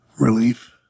relief